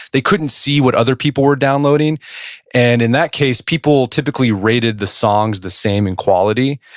they couldn't see what other people were downloading and in that case, people typically rated the songs the same in quality,